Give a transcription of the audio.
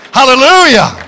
hallelujah